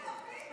לא חייבים,